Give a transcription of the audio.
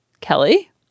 Kelly